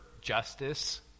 justice